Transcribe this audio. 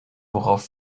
worauf